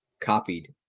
copied